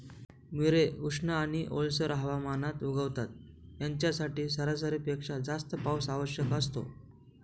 मिरे उष्ण आणि ओलसर हवामानात उगवतात, यांच्यासाठी सरासरीपेक्षा जास्त पाऊस आवश्यक असतो